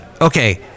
Okay